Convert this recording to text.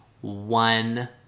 one